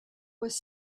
was